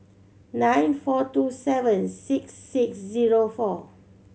nine four two seven six six zero four